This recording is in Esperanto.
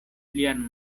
lian